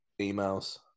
emails